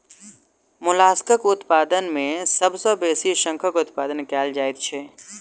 मोलास्कक उत्पादन मे सभ सॅ बेसी शंखक उत्पादन कएल जाइत छै